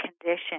condition